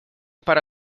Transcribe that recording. para